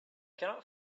cannot